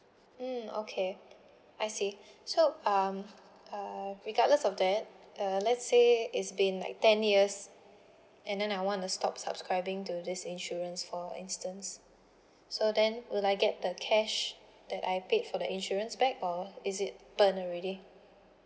mm okay I see so um uh regardless of that err let's say it's been like ten years and then I wanna stop subscribing to this insurance for instance so then will I get the cash that I paid for the insurance back or is it burned already